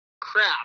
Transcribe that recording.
crap